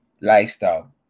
lifestyle